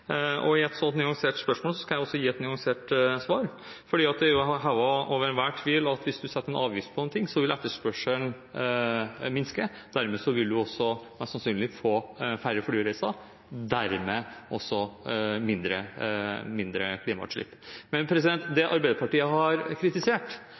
fikk. I et så nyansert spørsmål skal jeg også gi et nyansert svar. Det er hevet over enhver tvil at hvis vi setter avgift på en ting, vil etterspørselen minke, og dermed vil en også mest sannsynlig få færre flyreiser, og dermed også mindre klimautslipp. Det Arbeiderpartiet har kritisert,